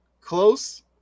close